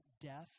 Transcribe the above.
death